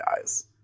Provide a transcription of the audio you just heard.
eyes